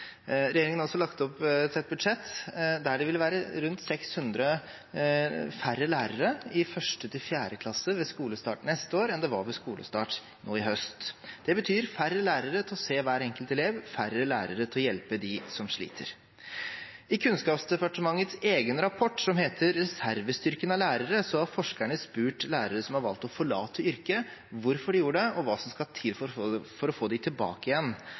Regjeringen har også lagt opp til et budsjett der det vil være rundt 600 færre lærere i 1.–4. klasse ved skolestart neste år enn det var ved skolestart nå i høst. Det betyr færre lærere til å se hver enkelt elev, færre lærere til å hjelpe dem som sliter. I Kunnskapsdepartementets egen rapport, som heter «Reservestyrken» av lærere, har forskerne spurt lærere som har valgt å forlate yrket, om hvorfor de gjorde det, og hva som skal til for å få dem tilbake igjen. Jeg siterer fra denne rapporten: «Mye av nøkkelen mener de